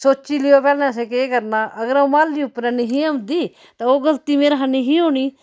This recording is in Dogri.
सोची लेओ पैह्लें असें केह् करना अगर आ'ऊं माली उप्परा नेहां औंदी तां ओह् गलती मेरा हा निही होनी